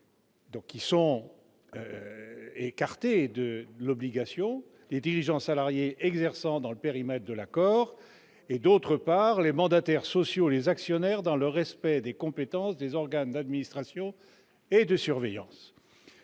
aux autres salariés : les dirigeants salariés exerçant dans le périmètre de l'accord ; les mandataires sociaux et les actionnaires, dans le respect des compétences des organes d'administration et de surveillance.